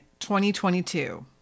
2022